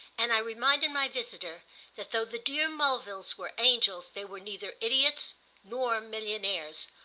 and i reminded my visitor that though the dear mulvilles were angels they were neither idiots nor millionaires.